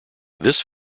this